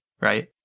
right